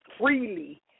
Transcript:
freely